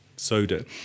soda